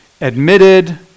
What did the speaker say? admitted